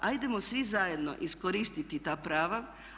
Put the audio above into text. Hajdemo svi zajedno iskoristiti ta prava.